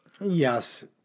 Yes